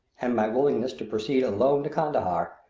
and my willingness to proceed alone to kandahar,